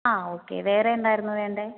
ആ ഒക്കെ വേറെ എന്തായിരുന്നു വേണ്ടത്